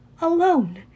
alone